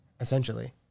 essentially